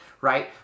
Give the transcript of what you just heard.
right